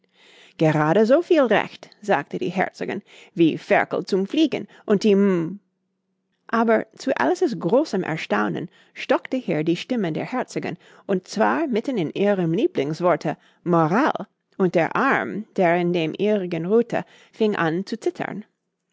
gerade so viel recht sagte die herzogin wie ferkel zum fliegen und die m aber zu alice's großem erstaunen stockte hier die stimme der herzogin und zwar mitten in ihrem lieblingsworte moral und der arm der in dem ihrigen ruhte fing an zu zittern